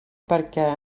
perquè